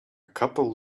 couple